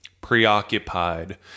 preoccupied